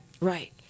Right